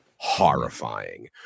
Horrifying